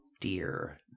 Dear